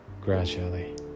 gradually